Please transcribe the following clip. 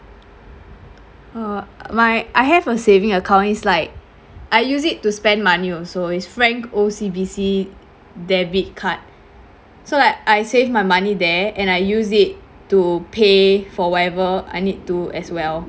uh my I have a saving account it's like I use it to spend money also it's frank O_C_B_C debit card so like I save my money there and I use it to pay for whatever I need to as well